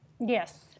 Yes